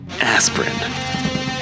Aspirin